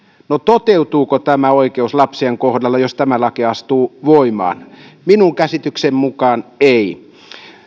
no toteutuuko tämä oikeus lapsien kohdalla jos tämä laki astuu voimaan minun käsitykseni mukaan ei